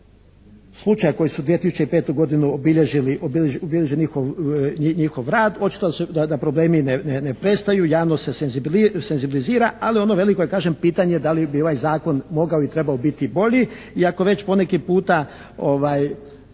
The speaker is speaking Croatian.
slučaji koji su 2005. godinu obilježili njihov rad. Očito da problemi ne prestaju. Javnost se senzibilizira ali ono veliko je kažem pitanje da li bi ovaj zakon mogao ili trebao biti bolje i ako već po neki puta